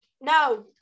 No